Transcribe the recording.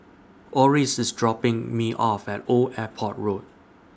Orris IS dropping Me off At Old Airport Road